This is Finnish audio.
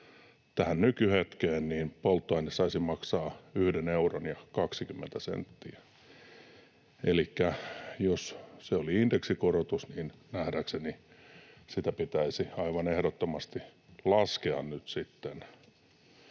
tähän nykyhetkeen, niin polttoaine saisi maksaa 1 euron ja 20 senttiä. Elikkä jos se oli indeksikorotus, niin nähdäkseni sitä pitäisi aivan ehdottomasti nyt